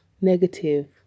negative